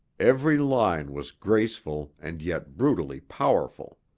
every line was graceful and yet brutally powerful.